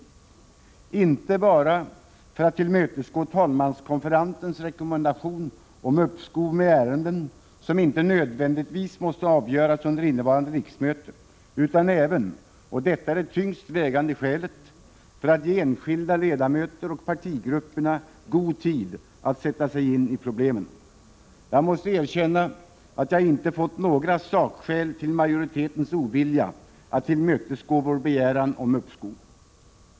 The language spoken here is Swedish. Detta har vi gjort inte bara för att tillmötesgå talmanskonferensens rekommendation om uppskov med ärenden som inte nödvändigtvis måste avgöras under innevarande riksmöte, utan även — och detta är det tyngst vägande skälet — för att ge enskilda ledamöter och partigrupperna god tid att sätta sig in i problemen. Jag måste erkänna att jag inte fått höra några sakskäl till majoritetens ovilja att tillmötesgå vår begäran om uppskov.